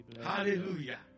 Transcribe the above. Hallelujah